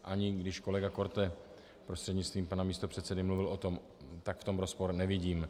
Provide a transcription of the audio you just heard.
Ani když kolega Korte prostřednictvím pana místopředsedy mluvil o tom, tak v tom rozpor nevidím.